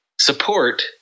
support